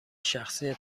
شخصی